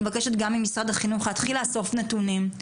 אני מבקשת גם ממשרד החינוך להתחיל לאסוף נתונים.